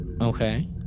Okay